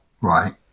Right